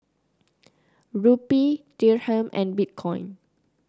Rupee Dirham and Bitcoin